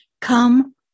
Come